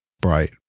bright